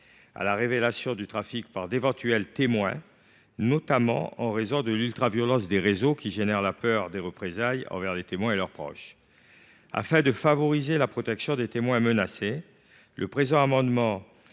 à la révélation du trafic par d’éventuels témoins, notamment en raison de l’ultraviolence des réseaux, qui suscite la peur des représailles envers les témoins et leurs proches. Afin de favoriser la protection des témoins menacés, le présent amendement